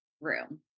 room